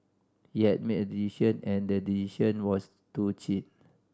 he had made a decision and the decision was to cheat